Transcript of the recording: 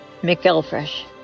McElfresh